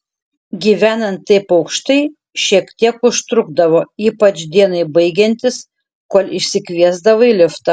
gyvenant taip aukštai šiek tiek užtrukdavo ypač dienai baigiantis kol išsikviesdavai liftą